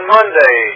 Monday